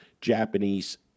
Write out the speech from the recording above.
Japanese